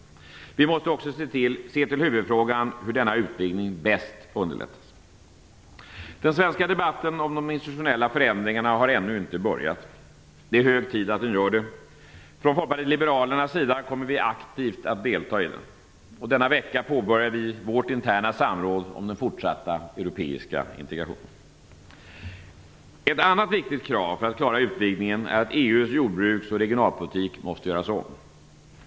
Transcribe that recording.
Vi måste se till huvudfrågan, nämligen hur denna utvidgning bäst underlättas. Den svenska debatten om institutionella förändringar har ännu inte börjat. Det är hög tid att den gör det. Vi i Folkpartiet liberalerna kommer aktivt att delta i den. Denna vecka påbörjar vi vårt interna samråd om den fortsatta europeiska integrationen. Ett annat viktigt krav för att klara utvidgningen är att EU:s jordbruks och regionalpolitik görs om.